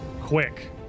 quick